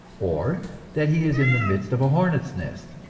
or that he is in the midst of a hornets' nest,